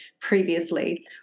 previously